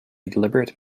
deliberate